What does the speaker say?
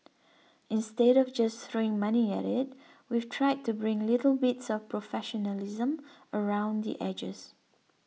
instead of just throwing money at it we've tried to bring little bits of professionalism around the edges